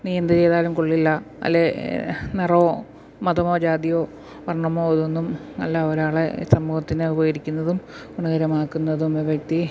നീ എന്ത് ചെയ്താലും കൊള്ളില്ല അല്ലെങ്കില് നിറമോ മതമോ ജാതിയോ വർണമോ ഇതൊന്നും അല്ല ഒരാളെ സമൂഹത്തിനുപകരിക്കുന്നതും ഗുണകരമാക്കുന്നതും വ്യക്തി